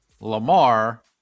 Lamar